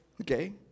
Okay